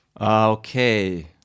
Okay